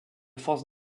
force